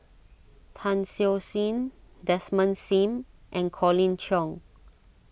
Tan Siew Sin Desmond Sim and Colin Cheong